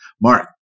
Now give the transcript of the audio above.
Mark